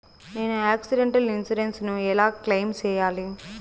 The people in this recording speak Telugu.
నేను ఆక్సిడెంటల్ ఇన్సూరెన్సు ను ఎలా క్లెయిమ్ సేయాలి?